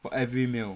for every meal